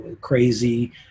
crazy